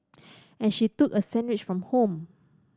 and she took a sandwich from home